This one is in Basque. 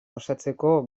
osatzeko